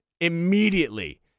immediately